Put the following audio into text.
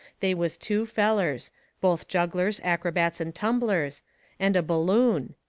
they was two fellers both jugglers, acrobats, and tumblers and a balloon.